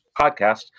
podcast